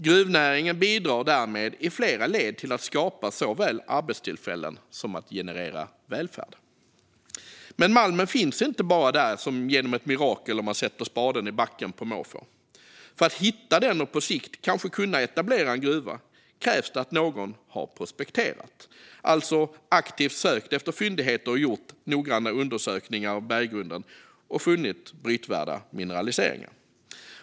Gruvnäringen bidrar därmed i flera led till att såväl skapa arbetstillfällen som generera välfärd. Men malmen finns inte bara där som genom ett mirakel om man sätter spaden i backen på måfå. För att hitta den, och på sikt kanske kunna etablera en gruva, krävs det att någon har prospekterat, det vill säga aktivt sökt efter fyndigheter och gjort noggranna undersökningar av berggrunden, och funnit brytvärda mineraliseringar.